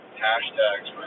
hashtags